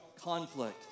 conflict